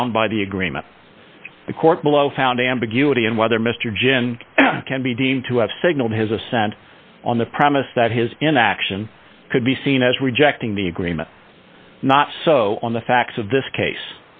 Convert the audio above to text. bound by the agreement the court below found ambiguity and whether mr ginn can be deemed to have signaled his assent on the premise that his inaction could be seen as rejecting the agreement not so on the facts of this case